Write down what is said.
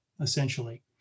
essentially